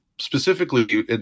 Specifically